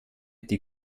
die